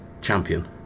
champion